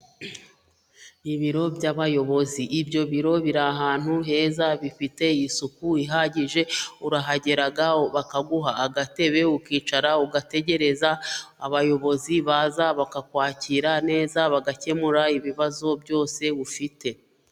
Ibiro by'abayobozi, ibyo biro biri ahantu heza bifite isuku ihagije, urahagera bakaguha agatebe ukicara ugategereza abayobozi baza bakakwakira neza bagakemura ibibazo byose ufite.